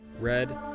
red